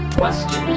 question